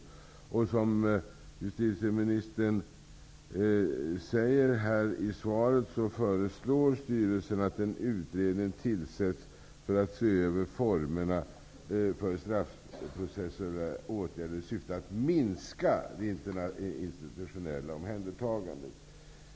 Precis som justitieministern säger i svaret föreslår Kriminalvårdsstyrelsen att en utredning tillsätts för att se över formerna för ''straffprocessuella åtgärder i syfte att minska det institutionella omhändertagandet.''